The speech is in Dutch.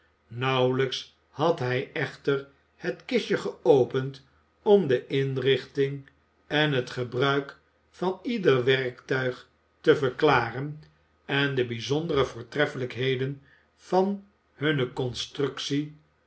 nauwelijks had hij echter het kistje geopend om de inrichting en het gebruik van ieder werktuig te verklaren en de bijzondere voortreffelijkheden van hunne constructie